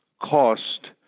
cost